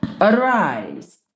Arise